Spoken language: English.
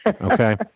Okay